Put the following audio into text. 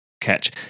catch